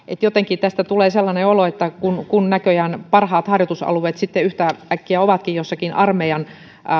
jotenkin tästä tulee sellainen olo kun kun näköjään parhaat harjoitusalueet sitten yhtäkkiä ovatkin jossakin armeijan